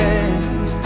end